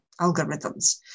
algorithms